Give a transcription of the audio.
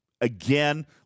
again